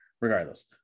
regardless